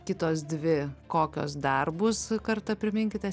kitos dvi kokios dar bus kartą priminkite